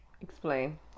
Explain